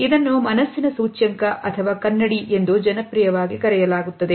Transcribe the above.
ಇದನ್ನು ಮನಸ್ಸಿನ ಸೂಚ್ಯಂಕ ಅಥವಾ ಕನ್ನಡಿ ಎಂದು ಜನಪ್ರಿಯವಾಗಿ ಕರೆಯಲಾಗುತ್ತದೆ